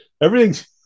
Everything's